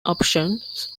options